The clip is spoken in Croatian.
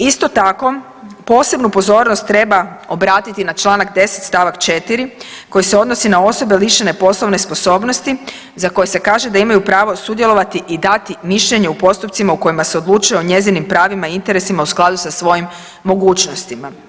Isto tako posebnu pozornost treba obratiti na čl. 10. st. 4. koji se odnosi na osobe lišene poslovne sposobnosti za koje se kaže da imaju pravo sudjelovati i dati mišljenje u postupcima u kojima se odlučuje o njezinim pravima i interesima u skladu sa svojim mogućnostima.